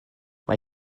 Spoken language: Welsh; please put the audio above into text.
mae